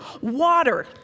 water